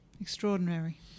Extraordinary